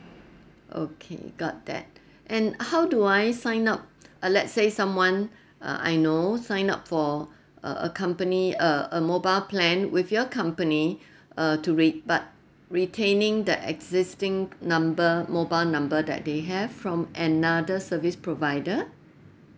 okay got that and how do I sign up uh let's say someone uh I know sign up for uh a company uh a mobile plan with your company err to re~ but retaining the existing number mobile number that they have from another service provider